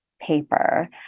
paper